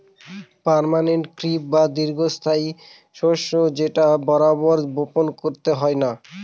permanent crop বা দীর্ঘস্থায়ী শস্য যেটা বার বার বপন করতে হয় না